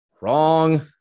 Wrong